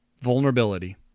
Vulnerability